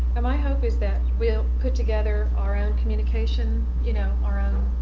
and my hope is that we'll put together our own communication, you know, our own